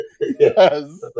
Yes